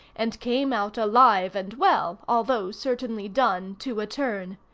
and came out alive and well, although certainly done to a turn.